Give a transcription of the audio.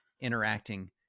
interacting